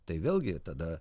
tai vėlgi tada